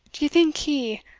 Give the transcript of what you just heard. d'ye think he,